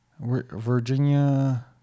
Virginia